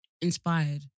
inspired